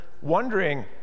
wondering